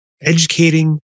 educating